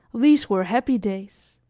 these were happy days,